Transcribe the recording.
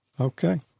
okay